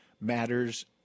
matters